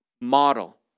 model